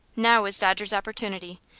now was dodger's opportunity.